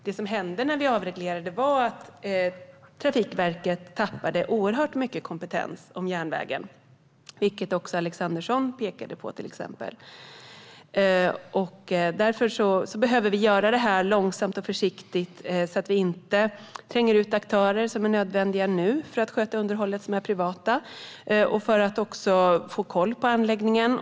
Det som hände när vi avreglerade var att Trafikverket tappade oerhört mycket kompetens rörande järnvägen, vilket till exempel också Alexandersson pekade på. Därför behöver vi göra det här långsamt och försiktigt så att vi inte tränger ut privata aktörer som är nödvändiga nu för att sköta underhållet och så att vi får koll på anläggningen.